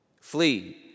Flee